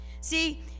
See